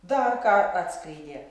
dar ką atskleidė